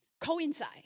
coincide